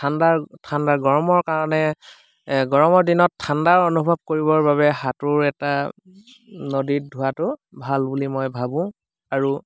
ঠাণ্ডাৰ ঠাণ্ডা গৰমৰ কাৰণে এ গৰমৰ দিনত ঠাণ্ডা অনুভৱ কৰিবৰ বাবে সাঁতোৰ এটা নদীত ধোৱাটো ভাল বুলি মই ভাবোঁ আৰু